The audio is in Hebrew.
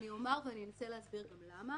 אני גם אסביר למה